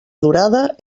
durada